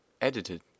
edited